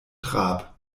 trab